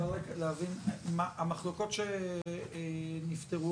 המחלוקות שנפתרו,